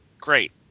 Great